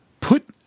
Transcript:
put